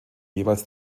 jeweils